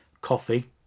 coffee